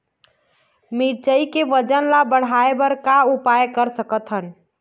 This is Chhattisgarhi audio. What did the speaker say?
मिरचई के वजन ला बढ़ाएं बर का उपाय कर सकथन?